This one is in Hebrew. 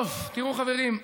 טוב, תראו חברים,